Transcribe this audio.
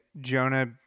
Jonah